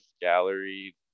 gallery